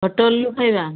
ହୋଟେଲରୁ ଖାଇବା